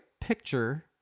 picture